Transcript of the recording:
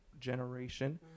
generation